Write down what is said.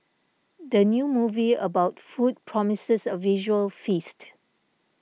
the new movie about food promises a visual feast